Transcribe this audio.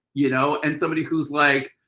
you know. and somebody who's like,